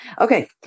Okay